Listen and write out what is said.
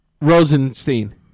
Rosenstein